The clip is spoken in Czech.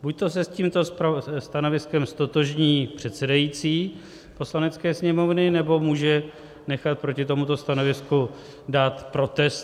Buďto se s tímto stanoviskem ztotožní předsedající Poslanecké sněmovny, nebo může nechat proti tomuto stanovisku dát protest.